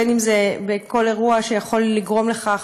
בכל אירוע שיכול לגרום לכך,